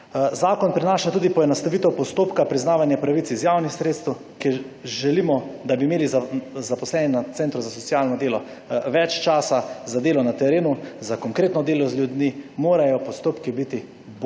Zakon prinaša tudi poenostavitev postopka priznavanja pravic iz javnih sredstev, kjer želimo, da bi imeli zaposleni na centru za socialno delo več časa za delo na terenu, za konkretno delo z ljudmi, morajo postopki biti bolj